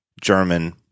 German